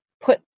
put